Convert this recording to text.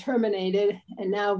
terminated and now